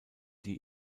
die